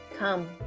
Come